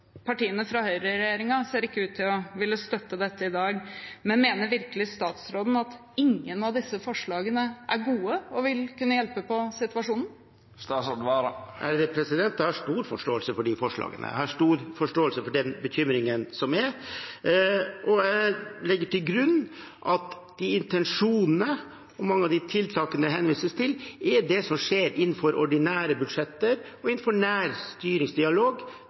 Partiene fra høyreregjeringen ser ikke ut til å ville støtte dette i dag. Mener virkelig statsråden at ingen av disse forslagene er gode og vil kunne hjelpe på situasjonen? Jeg har stor forståelse for de forslagene og stor forståelse for den bekymringen som er, og jeg legger til grunn at intensjonene og mange av de tiltakene det henvises til, er det som skjer innenfor ordinære budsjetter og innenfor